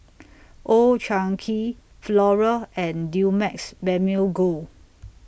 Old Chang Kee Flora and Dumex Mamil Gold